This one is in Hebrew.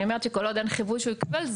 אני אומרת שכל עוד אין חיווי שהוא קיבל,